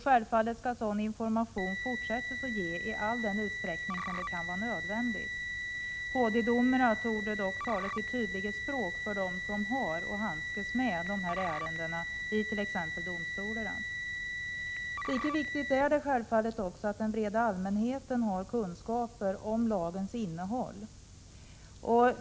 Självfallet skall man fortsätta ge sådan information i all den utsträckning som kan vara nödvändig. HD-domarna torde dock tala sitt tydliga språk för dem som har att handskas med dessa ärenden i t.ex. domstolarna. Lika viktigt är självfallet också att den breda allmänheten har kunskaper om lagens innehåll.